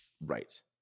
right